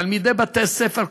תלמידי בתי-ספר,